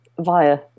via